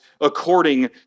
according